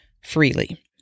freely